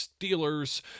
Steelers